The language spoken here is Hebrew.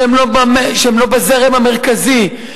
שהם לא בזרם המרכזי,